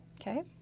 Okay